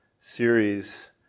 series